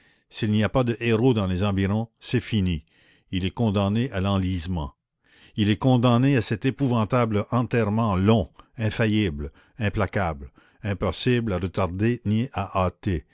s'il n'y a pas de héros dans les environs c'est fini il est condamné à l'enlisement il est condamné à cet épouvantable enterrement long infaillible implacable impossible à retarder ni à hâter